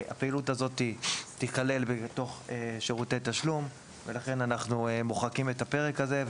הפעילות הזאת תיכלל בתוך שירותי תשלום ולכן אנחנו מוחקים את הפרק הזה.